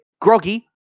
groggy